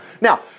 Now